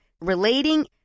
relating